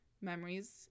memories